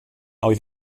oedd